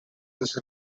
this